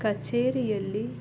ಕಚೇರಿಯಲ್ಲಿ